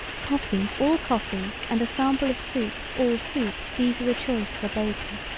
coffee all coffee and a sample of soup all soup these are the choice of a baker.